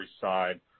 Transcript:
side